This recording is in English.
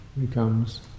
becomes